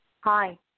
Hi